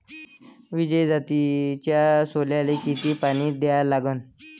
विजय जातीच्या सोल्याले किती पानी द्या लागन?